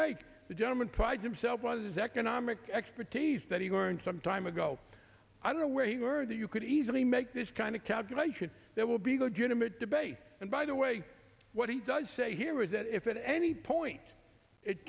make the gentleman prides himself on his economic expertise that he learned some time ago i don't know where he heard that you could easily make this kind of calculation that will be good unit debate and by the way what he does say here is that if at any point it